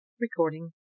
Recording